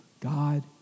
God